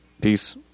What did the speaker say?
peace